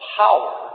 power